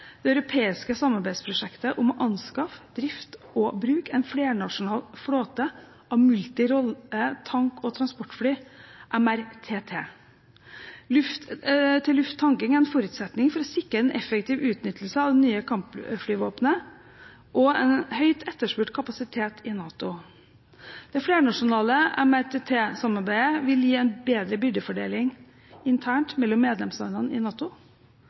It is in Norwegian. det europeiske samarbeidsprosjektet om å anskaffe, drifte og bruke en flernasjonal flåte av multirolle tank- og transportfly, MRTT. Luft-til-luft-tanking er en forutsetning for å sikre en effektiv utnyttelse av det nye kampflyvåpenet, og det er en høyt etterspurt kapasitet i NATO. Det flernasjonale MRTT-samarbeidet vil gi en bedre byrdefordeling internt mellom medlemslandene i NATO.